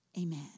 Amen